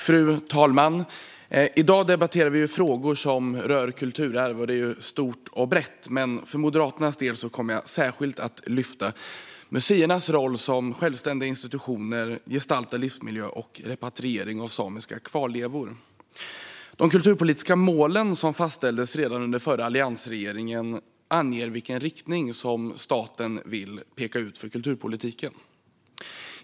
Fru talman! I dag debatterar vi frågor som rör kulturarv, något som är stort och brett. För Moderaternas del kommer jag särskilt att lyfta fram museernas roll som självständiga institutioner, gestaltad livsmiljö och repatriering av samiska kvarlevor. De kulturpolitiska målen, som fastställdes redan av alliansregeringen, anger vilken riktning som staten vill peka ut för kulturpolitiken.